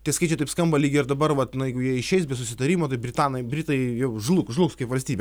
tie skaičiai taip skamba lyg ir dabar vat na jeigu jie išeis be susitarimo tai britanai britai jau žlugs žlugs kaip valstybė